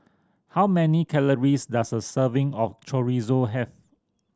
how many calories does a serving of Chorizo have